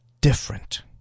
different